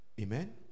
Amen